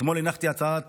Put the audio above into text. אתמול הנחתי הצעת